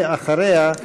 ואחריה,